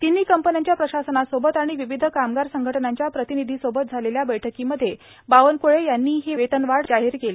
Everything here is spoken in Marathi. तिन्ही कंपन्यांच्या प्रशासनासोबत आणि विविध कामगार संघटनांच्या प्रतिनिधीसोबत झालेल्या बैठकीमध्ये बावनक्ळे यांनी ही वेतनवाढ जाहीर केली